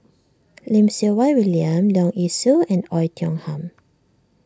Lim Siew Wai William Leong Yee Soo and Oei Tiong Ham